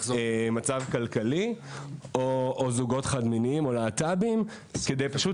מצב כלכלי או זוגות חד מיניים או להט"בים כדי פשוט